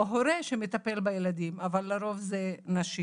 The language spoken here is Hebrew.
או הורה שמטפל בילדים, אבל לרוב זה נשים.